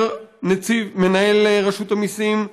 אומר מנהל רשות המיסים,